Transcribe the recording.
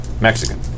Mexican